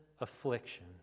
affliction